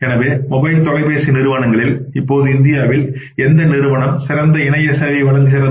எனவே மொபைல் தொலைபேசி நிறுவனங்களில் இப்போது இந்தியாவில் எந்த நிறுவனம் சிறந்த இணைய சேவைகளை வழங்குகிறது